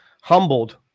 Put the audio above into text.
humbled